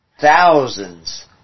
thousands